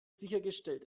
sichergestellt